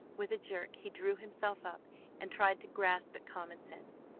with a jerk he drew himself up and tried to grasp at common sense.